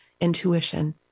intuition